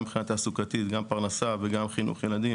גם מבחינה תעסוקתית, מבחינת פרנסה וחינוך ילדים.